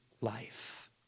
life